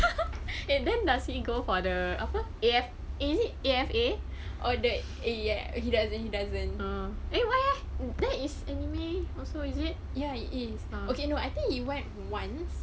eh then does he go for the apa A F err is it A_F_A or the A or the oh eh why ah that is anime also is it